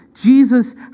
Jesus